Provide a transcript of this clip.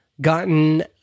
gotten